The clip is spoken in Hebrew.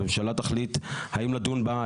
הממשלה תחליט האם לדון בה,